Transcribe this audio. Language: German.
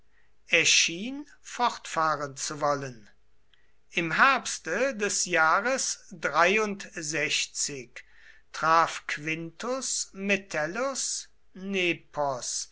schien fortfahren zu wollen im herbste des jahres traf quintus metellus nepos